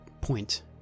point